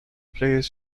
plays